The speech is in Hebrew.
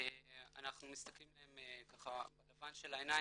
אנחנו מסתכלים להם בלבן של העיניים